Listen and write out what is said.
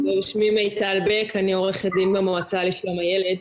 אני עורכת דין במועצה לשלום הילד.